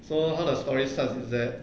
so how the stories start is that